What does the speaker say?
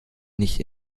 nicht